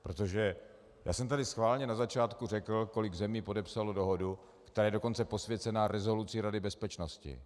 Protože já jsem tady schválně na začátku řekl, kolik zemí podepsalo dohodu, která je dokonce posvěcená rezolucí Rady bezpečnosti.